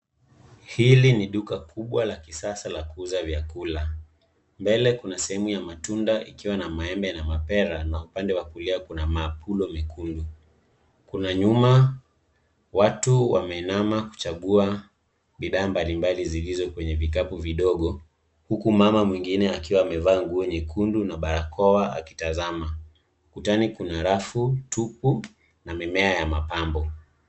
Hili ni duka kubwa la kisasa la kuuza vyakula. Mbele kuna sehemu ya matunda ikiwa na maembe na mapera na upande wa kulia kuna mapulo mekundu. Kuna nyuma, watu wameinama kuchagua bidhaa mabli mbali zilizo kwenye vikapu vidogo huku mama mwingine akiwa amevaa nguo nyekundu na barakoa akitazama. Ukutani kuna rafu tupu na mimea ya mapambo.